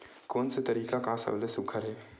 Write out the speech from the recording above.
कोन से तरीका का सबले सुघ्घर हे?